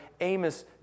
Amos